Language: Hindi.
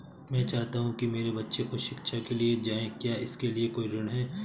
मैं चाहता हूँ कि मेरे बच्चे उच्च शिक्षा के लिए जाएं क्या इसके लिए कोई ऋण है?